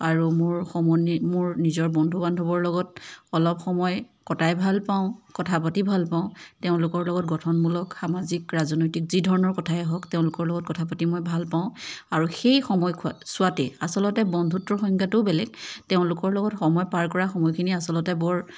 আৰু মোৰ মোৰ নিজৰ বন্ধু বান্ধৱৰ লগত অলপ সময় কটাই ভাল পাওঁ কথা পাতি ভাল পাওঁ তেওঁলোকৰ লগত গঠনমূলক সামাজিক ৰাজনৈতিক যি ধৰণৰ কথাই হওক তেওঁলোকৰ লগত মই কথা পাতি ভাল পাওঁ আৰু সেই সময় খোৱাত ছোৱাতেই আচলতে বন্ধুত্বৰ সংজ্ঞাটোও বেলেগ তেওঁলোকৰ লগত সময় পাৰ কৰা সময়খিনি আচলতে বৰ